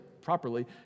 properly